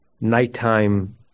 nighttime